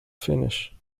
finish